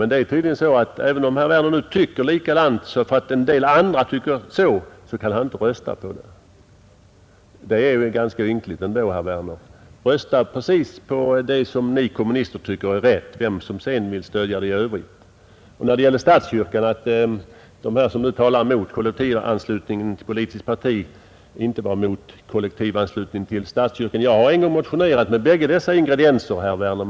Men det är tydligen så att även om herr Werner nu tycker likadant som vi, så kan han inte rösta för reservanternas förslag, eftersom en del andra tycker likadant. Det är ganska ynkligt ändå, herr Werner. Rösta precis på det som ni kommunister tycker är rätt — vem som i övrigt än stöder det förslaget! När det gäller talet om att de som nu är emot kollektivanslutningen till ett politiskt parti inte är emot kollektivanslutning till statskyrkan, kan jag säga att jag väckt motioner med bägge dessa ingredienser, herr Werner.